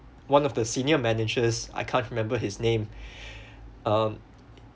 one of the senior managers I can't remember his name um